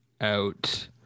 out